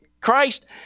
Christ